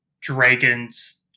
dragons